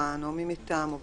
המבחן או מי מטעמו ובפיקוחו.